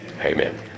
Amen